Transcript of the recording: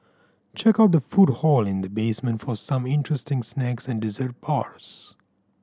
check out the food hall in the basement for some interesting snacks and dessert bars